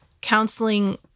counseling